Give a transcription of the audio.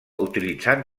utilitzant